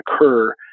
occur